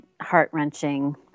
heart-wrenching